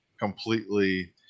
completely